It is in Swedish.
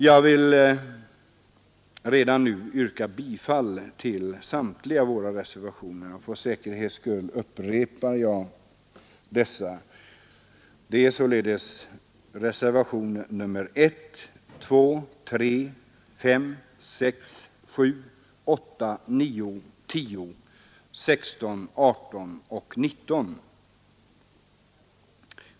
Jag vill redan nu yrka bifall till samtliga våra reservationer, nämligen reservationerna 1, 2, 3, 5, 6, 7, 8, 9, 10, 16, 18 och 19.